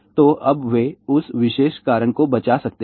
तो अब वे उस विशेष कारण को बचा सकते हैं